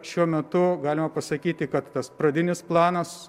šiuo metu galima pasakyti kad tas pradinis planas